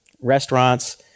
restaurants